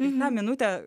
na minutę